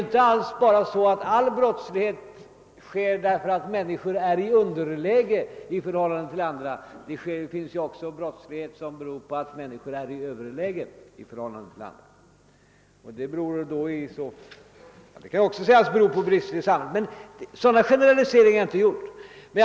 Men all brottslighet sker ju inte därför att människor är i underläge i förhållande till andra. Det finns också brottslighet som beror på att människor är i överläge i förhållande till andra. Detta kan också sägas bero på brister i samhället. Några generaliseringar har jag alltså inte gjort.